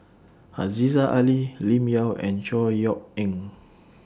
Aziza Ali Lim Yau and Chor Yeok Eng